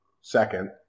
Second